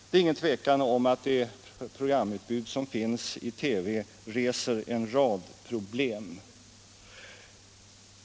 Det är ingen tvekan om att det programutbud som finns i radio och TV reser en rad problem.